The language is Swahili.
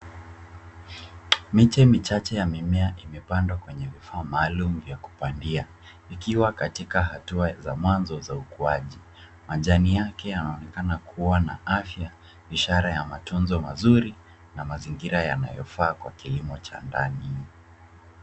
Miche michache ya mimea imepandwa kwenye vifaa maalum vya kupandia ikiwa katika hatua za mwanzo za ukuaji. Majani yake yanaonekana kuwa na afya ishara ya matunzo mazuri na mazingira yanayofaa kwa kilimo cha ndani.